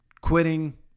quitting